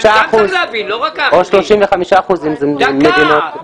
אחוזים אם זה עם מדינות.